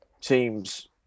teams